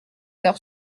leur